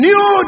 New